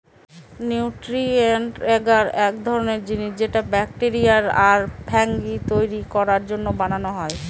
nutrient এগার এক ধরনের জিনিস যেটা ব্যাকটেরিয়া আর ফাঙ্গি তৈরী করার জন্য বানানো হয়